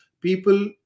people